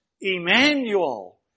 Emmanuel